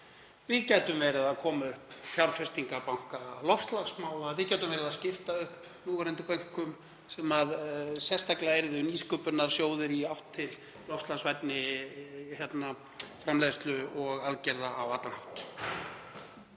Við gætum komið upp fjárfestingarbanka loftslagsmála, við gætum skipt upp núverandi bönkum sem yrðu sérstaklega nýsköpunarsjóðir í átt að loftslagsvænni framleiðslu og aðgerða á allan hátt.